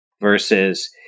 Versus